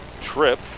trip